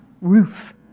roof